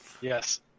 Yes